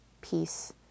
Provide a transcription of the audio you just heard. peace